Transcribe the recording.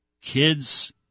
kids